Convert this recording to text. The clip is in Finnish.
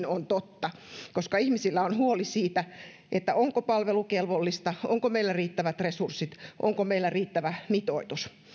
on totta koska ihmisillä on huoli siitä siitä onko palvelu kelvollista onko meillä riittävät resurssit onko meillä riittävä mitoitus